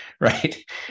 Right